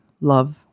love